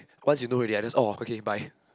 once you know already ah just okay bye